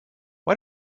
why